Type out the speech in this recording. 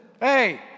hey